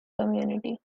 community